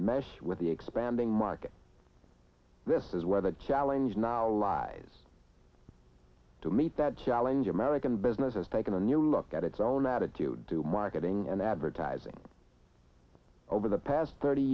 mesh with the expanding market this is where the challenge now lies to meet that challenge american businesses taking a new look at its own attitude to marketing and advertising over the past thirty